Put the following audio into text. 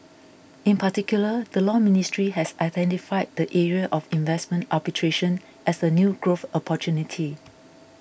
in particular the Law Ministry has identified the area of investment arbitration as a new growth opportunity